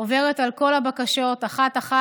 עוברת על כל הבקשות אחת-אחת,